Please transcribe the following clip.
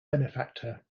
benefactor